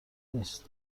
نیست